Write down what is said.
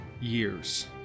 years